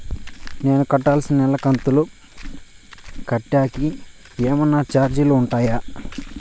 నేను కట్టాల్సిన నెల కంతులు కట్టేకి ఏమన్నా చార్జీలు ఉంటాయా?